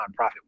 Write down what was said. nonprofit